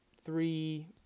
three